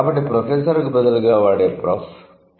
కాబట్టి Professor కు బదులుగా వాడే 'Prof